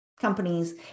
companies